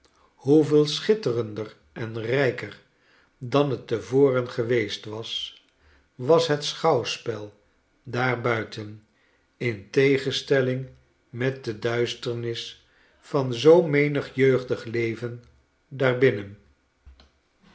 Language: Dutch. hoeveel schitterender en rijker dan tte voren geweest was was het schouwspel daarbuiten in tegenstelling met de duisternis van zoo menig jeugdig leven daarbinnen